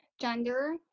gender